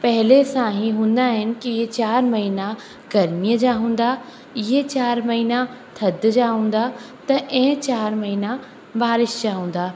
पहिले सां ई हूंदा आहिनि की इहे चार महिना गर्मीअ जा हूंदा इहे चार महिना थधि जा हूंदा त इहे चार महिना बारिश जा हूंदा